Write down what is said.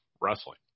wrestling